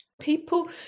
people